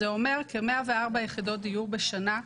זה אומר כ-104 יחידות דיור בשנה.